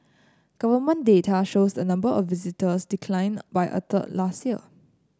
government data shows the number of visitors declined by a third last year